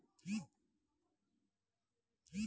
तरल खाद बजार मे बड़ महग बिकाय छै